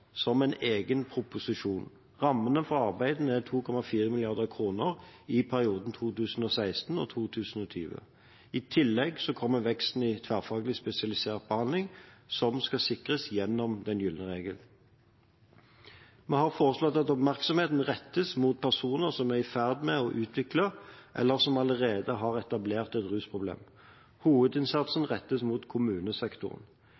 som en egen proposisjon. Rammene for arbeidet er 2,4 mrd. kr i perioden 2016–2020. I tillegg kommer veksten i tverrfaglig spesialisert behandling som skal sikres gjennom den gylne regel. Vi har foreslått at oppmerksomheten rettes mot personer som er i ferd med å utvikle, eller som allerede har etablert, et rusproblem.